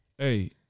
Hey